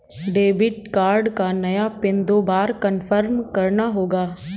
debit card का नया PIN दो बार कन्फर्म करना होगा